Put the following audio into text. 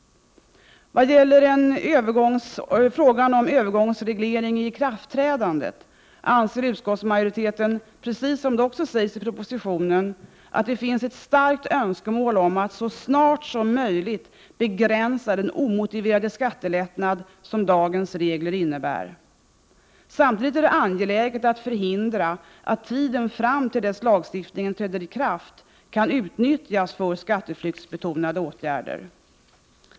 Vad gäller frågan om övergångsregleringen av ikraftträdandet anser utskottsmajoriteten, precis som det också sägs i propositionen, att det finns ett starkt önskemål om att så snart som möjligt begränsa den omotiverade skattelättnad som dagens regler innebär. Samtidigt är det angeläget att förhindra att tiden fram till dess lagstiftningen träder i kraft kan utnyttjas för skatteflyktsbetonade åtgärder.